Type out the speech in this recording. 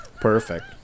Perfect